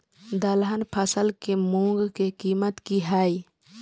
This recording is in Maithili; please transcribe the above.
दलहन फसल के मूँग के कीमत की हय?